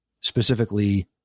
specifically